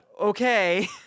okay